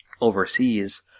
overseas